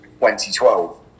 2012